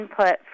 input